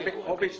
על חופש העיסוק.